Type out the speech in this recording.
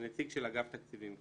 ונציג של אגף התקציבים.